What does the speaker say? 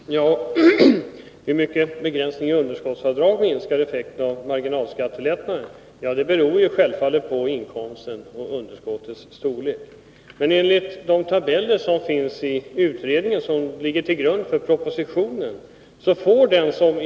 Fru talman! Hur mycket begränsningen i underskottsavdrag minskar effekten av marginalskattelättnaden beror självfallet på inkomstens och underskottets storlek. Men enligt tabellerna i den utredning som ligger till grund för propositionen får den som tjänade 80000 kr.